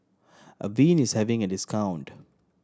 avene is having a discount